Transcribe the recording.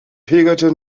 pilgerte